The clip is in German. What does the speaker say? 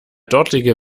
dortige